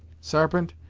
sarpent,